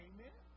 Amen